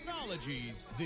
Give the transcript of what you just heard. Technologies